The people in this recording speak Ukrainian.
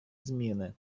зміни